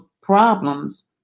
problems